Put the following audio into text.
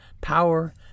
power